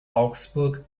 augsburg